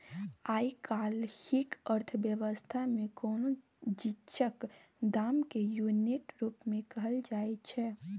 आइ काल्हिक अर्थ बेबस्था मे कोनो चीजक दाम केँ युनिट रुप मे कहल जाइ छै